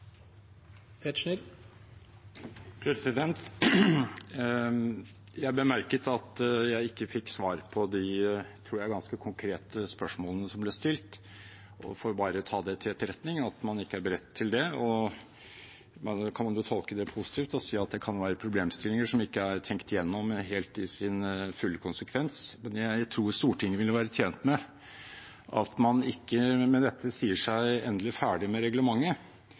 Jeg bemerket at jeg ikke fikk svar på de – tror jeg –ganske konkrete spørsmålene som ble stilt, og får bare ta til etterretning at man ikke er beredt til det. Man kan jo tolke det positivt og si at det kan være problemstillinger som ikke er helt tenkt gjennom i sin fulle konsekvens, men jeg tror Stortinget ville være tjent med at man ikke med dette sier seg endelig ferdig med reglementet,